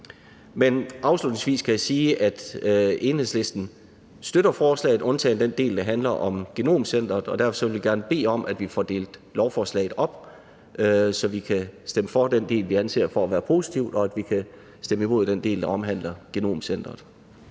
Afslutningsvis kan jeg sige, at Enhedslisten støtter forslaget, undtagen den del, der handler om Nationalt Genom Center, og derfor vil jeg gerne bede om, at vi får delt lovforslaget op, så vi kan stemme for den del, vi anser for at være positiv, og at vi kan stemme imod den del, der omhandler Nationalt